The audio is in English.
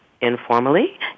informally